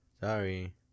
Sorry